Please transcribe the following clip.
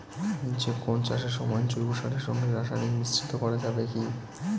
যে কোন চাষের সময় জৈব সারের সঙ্গে রাসায়নিক মিশ্রিত করা যাবে কি?